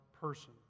person